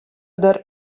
der